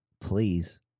please